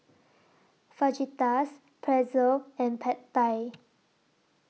Fajitas Pretzel and Pad Thai